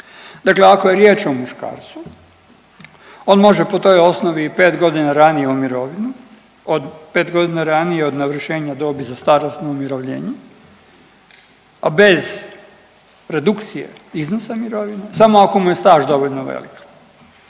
Dakle ako je riječ o muškarcu on može po toj osnovi i 5.g. ranije u mirovinu od, 5.g. ranije od navršenja dobi za starosno umirovljene, a bez redukcije iznosa mirovine, samo ako mu je staž dovoljno velik,